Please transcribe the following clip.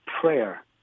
prayer